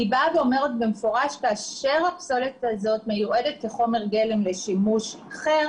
היא אומרת במפורש שכאשר הפסולת הזאת מיועדת כחומר גלם לשימוש אחר